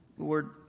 Lord